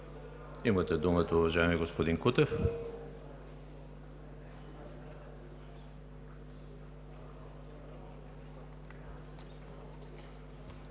Имате думата, уважаеми господин Кирилов.